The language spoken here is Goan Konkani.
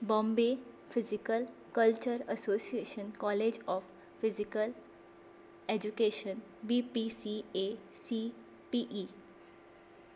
Bombay physical culture association college of physical education B P C A C P E